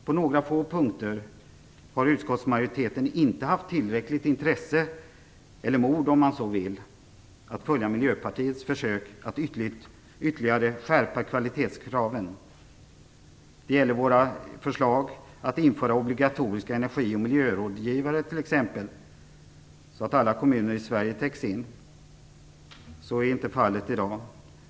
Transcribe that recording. På några få punkter har utskottsmajoriteten inte haft tillräckligt intresse, eller mod om man så vill, att följa Miljöpartiets försök att ytterligare skärpa kvalitetskraven. Det gäller t.ex. vårt förslag att införa obligatoriska energi och miljörådgivare så att alla kommuner i Sverige täcks in. Så är inte fallet i dag.